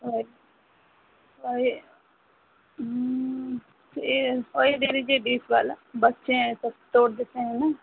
और और यह यह और यह दे दीजिए बीस वाला बच्चे हैं सब तोड़ देते हैं ना